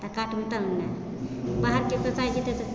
आ काटबै तब ने बाहरके पैसा एतै तऽ